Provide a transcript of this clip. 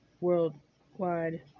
worldwide